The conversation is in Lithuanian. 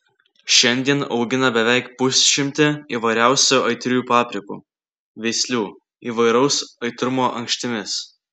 šiandien augina beveik pusšimtį įvairiausių aitriųjų paprikų veislių įvairaus aitrumo ankštimis